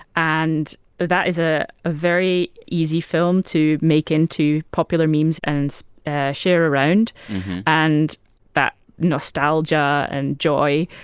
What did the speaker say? and that is a ah very easy film to make into popular memes and share around and that nostalgia and joy.